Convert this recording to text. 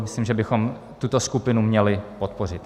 Myslím, že bychom tuto skupinu měli podpořit.